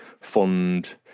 fund